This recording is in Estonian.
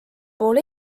pool